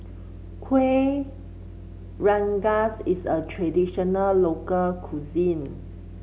Kueh Rengas is a traditional local cuisine